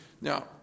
Now